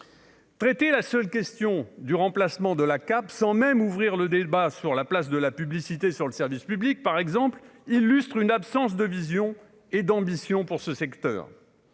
traiter la seule question du remplacement de la Cap sans même ouvrir le débat sur la place de la publicité sur le service public, par exemple, illustre une absence de vision et d'ambition pour ce secteur,